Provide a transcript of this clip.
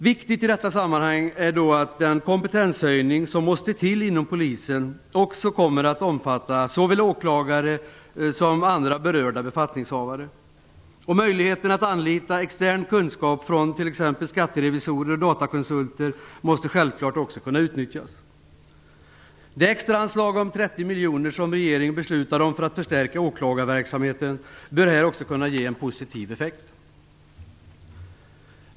Viktigt i detta sammanhang är då att den kompetenshöjning som måste till inom Polisen också kommer att omfatta såväl åklagare som andra berörda befattningshavare. Möjligheten att anlita extern kunskap från t.ex. skatterevisorer och datakonsulter måste självfallet också kunna utnyttjas. Det extraanslag om 30 miljoner som regeringen beslutade om för att förstärka åklagarverksamheten bör här kunna ge en positiv effekt.